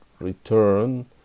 return